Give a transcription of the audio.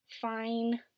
fine